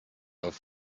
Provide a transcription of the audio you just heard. auf